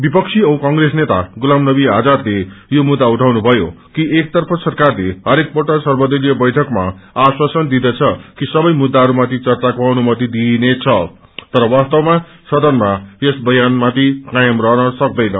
विपबी औ क्र्रेस नेता गुलाम नवी आजादले यो मुद्दा उठाउनुभयो कि एकतर्फ सरक्वरले हरेकपल्ट सर्वदलीय बैइकमा आश्वासन दिदँछ कि सबै मुद्दाइरूमाथि चचाका जनुमति दिइनेछ रि वास्तवमा सदनमा यसस क्वयनमाणि क्वयम रहन सन्दैन